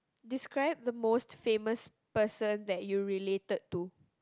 describe the most famous person that you related to